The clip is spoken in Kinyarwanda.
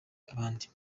abandi